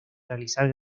realizar